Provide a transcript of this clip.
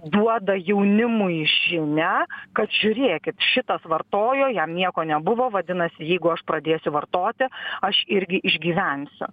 duoda jaunimui žinią kad žiūrėkit šitas vartojo jam nieko nebuvo vadinasi jeigu aš pradėsiu vartoti aš irgi išgyvensiu